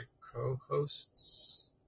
co-hosts